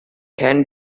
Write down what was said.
can